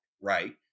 right